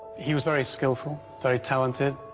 he was very skilful, very talented.